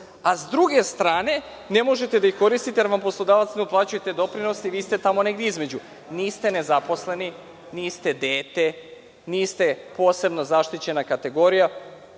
a s druge strane, ne možete da ih koristite, jer vam poslodavac ne uplaćuje te doprinose i vi ste tamo negde između. Niste nezaposleni, niste dete, niste posebno zaštićena kategorija